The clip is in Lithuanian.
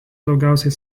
daugiausiai